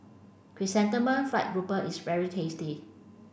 Chrysanthemum fried grouper is very tasty